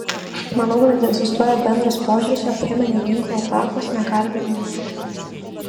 manau kad egzistuoja bendras požiūris jog cheminių ginklų atakos negalima ignoruoti